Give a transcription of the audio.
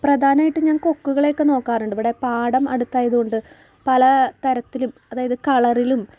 പ്രധാനമായിട്ട് ഞാൻ കൊക്കുകളെയോക്കെ നോക്കാറുണ്ട് ഇവിടെ പാടം അടുത്തായത് കൊണ്ട് പല തരത്തിലും അതായത് കളറിലും